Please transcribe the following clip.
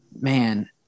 Man –